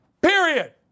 Period